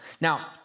Now